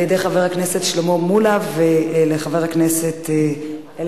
של חבר הכנסת עתניאל